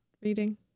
reading